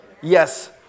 Yes